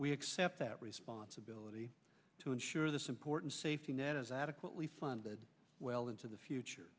we accept that responsibility to ensure this important safety net is adequately funded well into the future